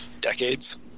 decades